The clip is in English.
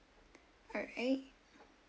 alright